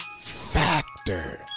factor